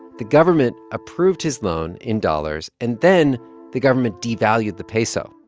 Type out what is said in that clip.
the government approved his loan in dollars, and then the government devalued the peso,